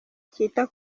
cyita